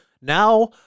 Now